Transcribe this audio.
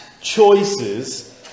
choices